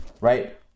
right